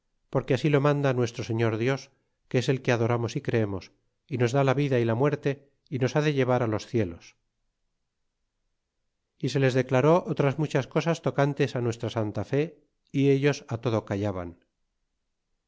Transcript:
porque así lo manda nuestro señor dios que es el que adoramos y creemos y nos da la vida y la muerte y nos ha de llevar los cielos y se les declaró otras muchas cosas tocantes nuestra santa fe y ellos todo callaban